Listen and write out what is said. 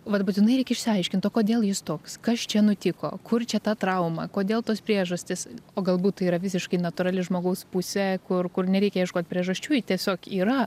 vat būtinai reik išsiaiškinti o kodėl jis toks kas čia nutiko kur čia ta trauma kodėl tos priežastys o galbūt tai yra visiškai natūrali žmogaus pusė kur kur nereikia ieškot priežasčių ji tiesiog yra